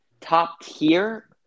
Top-tier